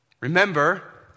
Remember